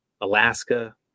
alaska